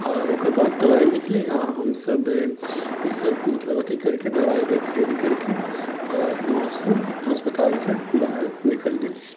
आ ओकर बाद दवाइ लिखलै आ हम सभ इसभ मतलब अथि करिके दवाइ ववाइ खरीद करके आ वहाँसँ अस्पतालसँ बाहर निकलि गेल छी